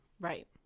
Right